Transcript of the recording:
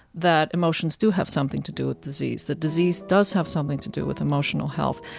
that emotions do have something to do with disease, that disease does have something to do with emotional health,